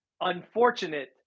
unfortunate